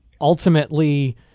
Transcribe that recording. Ultimately